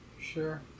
Sure